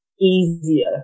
easier